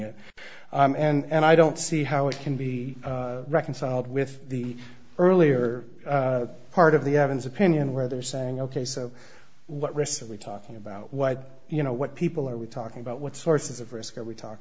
it and i don't see how it can be reconciled with the earlier part of the evans opinion where they're saying ok so what risks are we talking about what you know what people are we talking about what sources of risk are we talk